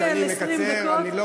אני מקצר,